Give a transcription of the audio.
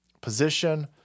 position